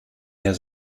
has